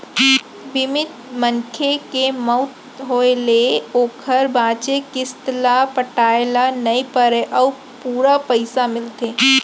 बीमित मनखे के मउत होय ले ओकर बांचे किस्त ल पटाए ल नइ परय अउ पूरा पइसा मिलथे